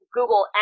Google